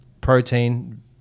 protein